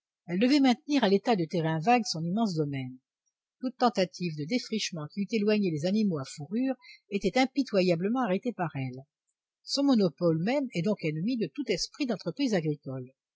elle devait maintenir à l'état de terrains vagues son immense domaine toute tentative de défrichement qui eût éloigné les animaux à fourrures était impitoyablement arrêtée par elle son monopole même est donc ennemi de tout esprit d'entreprise agricole